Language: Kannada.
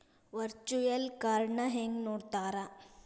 ವರ್ಚುಯಲ್ ಕಾರ್ಡ್ನ ಹೆಂಗ್ ನೋಡ್ತಾರಾ?